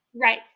Right